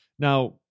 Now